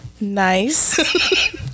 nice